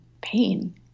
pain